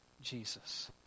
Jesus